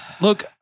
Look